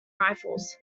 rifles